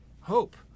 hope